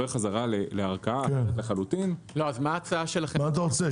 חזרה לערכאה אחרת לחלוטין- -- מה אתה רוצה?